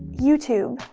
youtube.